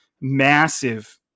massive